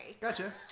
Gotcha